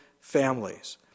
families